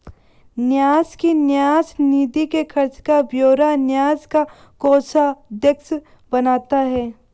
न्यास की न्यास निधि के खर्च का ब्यौरा न्यास का कोषाध्यक्ष बनाता है